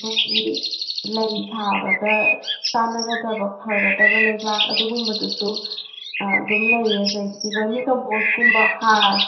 ꯑꯩꯈꯣꯏꯒꯤ ꯂꯩ ꯊꯥꯕꯗ ꯆꯥꯟꯅꯒꯗꯕ ꯐꯒꯗꯕ ꯂꯩꯕꯥꯛ ꯑꯗꯨꯒꯨꯝꯕꯗꯨꯁꯨ ꯑꯗꯨꯝ ꯂꯩ ꯑꯗꯒꯤ ꯕꯔꯃꯤꯀꯝꯄꯣꯁ ꯀꯨꯝꯕ ꯍꯥꯔ